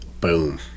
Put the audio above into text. Boom